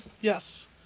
Yes